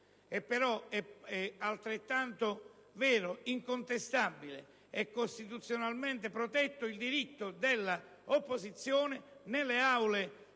è altrettanto vero, incontestabile e costituzionalmente protetto il diritto dell'opposizione nelle Aule parlamentari